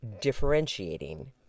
differentiating